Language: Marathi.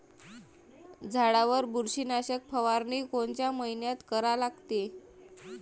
झाडावर बुरशीनाशक फवारनी कोनच्या मइन्यात करा लागते?